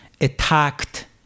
Attacked